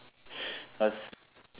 cause